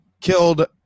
killed